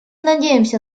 надеемся